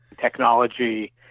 technology